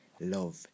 love